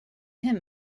him